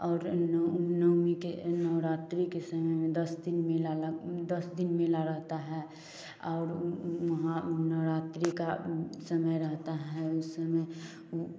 और नव नवमी के नवरात्रि के समय में दस दिन मेला लगता दस दिन मेला रहता है और वहाँ नवरात्रि का समय रहता है उसमें